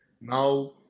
Now